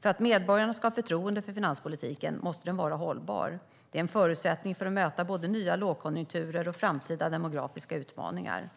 För att medborgarna ska ha förtroende för finanspolitiken måste den vara hållbar. Det är en förutsättning för att möta både nya lågkonjunkturer och framtida demografiska utmaningar.